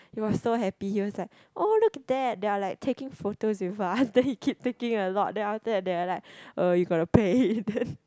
he was so happy he was like oh look at that they are like taking photos with us then he keep taking a lot then after that they are like uh you gotta pay then